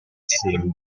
sembri